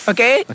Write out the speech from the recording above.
Okay